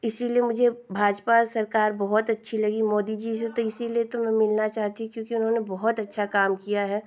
इसीलिए मुझे भाजपा सरकार बहुत अच्छी लगी मोदी जी से तो इसीलिए तो मैं मिलना चाहती हूँ क्योंकि उन्होंने बहुत अच्छा काम किया है